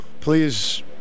please